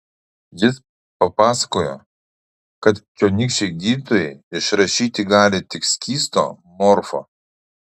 jis papasakojo kad čionykščiai gydytojai išrašyti gali tik skysto morfo